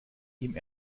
ihm